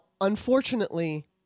unfortunately